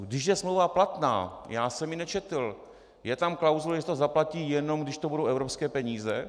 Když je smlouva platná, já jsem ji nečetl, je tam klauzule, že se to zaplatí, jenom když to budou evropské peníze?